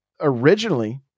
originally